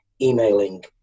emailing